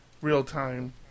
real-time